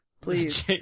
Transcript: please